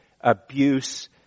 abuse